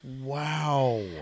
Wow